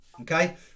Okay